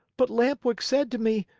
but lamp-wick said to me,